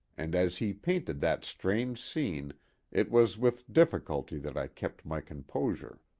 and as he painted that strange scene it was with difficulty that i kept my composure.